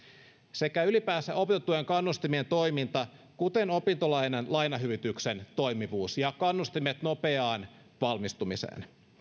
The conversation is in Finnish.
sekä ylipäänsä opintotuen kannustimien toiminta kuten opintolainan lainahyvityksen toimivuus ja kannustimet nopeaan valmistumiseen